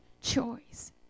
choice